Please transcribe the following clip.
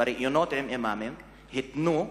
בראיונות עם אימאמים התנו,